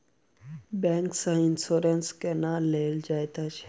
bank सँ insurance केना लेल जाइत अछि